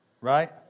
right